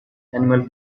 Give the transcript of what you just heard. animal